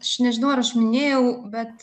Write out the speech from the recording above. aš nežinau ar aš minėjau bet